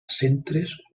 centres